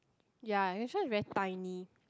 ya the restaurant is very tiny